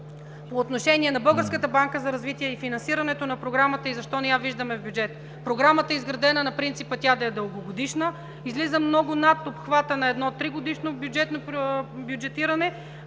По отношение на Българската банка за развитие и финансирането на Програмата и защо не я виждаме в бюджета – Програмата е изградена на принципа тя да е дългогодишна, излиза много над обхвата на едно тригодишно бюджетиране,